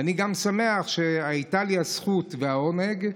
ואני גם שמח שהיו לי הזכות והעונג,